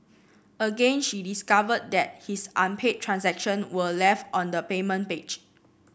again she discovered that his unpaid transaction were left on the payment page